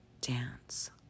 dance